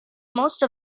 most